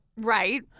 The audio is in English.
Right